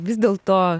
vis dėl to